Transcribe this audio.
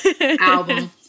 album